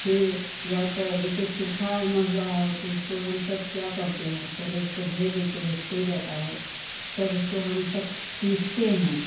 फिर या तो जैसे सूखा महुआ है तो उसको हम सब क्या करते हैं पहले उसको भे देते हैं फूल जाता है तब उसको हम सब पीसते हैं